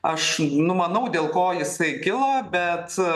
aš numanau dėl ko jisai kilo bet